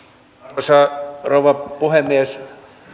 arvoisa rouva puhemies